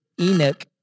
Enoch